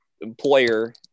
employer